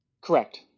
Correct